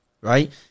right